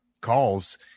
calls